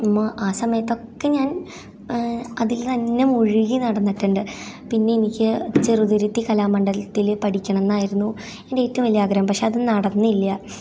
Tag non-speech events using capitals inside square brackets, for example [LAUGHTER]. [UNINTELLIGIBLE] ആ സമയത്തൊക്കെ ഞാൻ അതിൽ തന്നെ മുഴുകി നടന്നിട്ടുണ്ട് പിന്നെ എനിക്ക് ചെറുതുരുത്തി കലാമണ്ടലത്തിൽ പഠിക്കണം എന്നായിരുന്നു എന്റെ ഏറ്റവും വലിയ ആഗ്രഹം പക്ഷേ അത് നടന്നില്ല